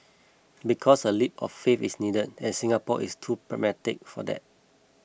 because a leap of faith is needed and Singapore is too pragmatic for that